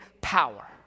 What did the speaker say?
power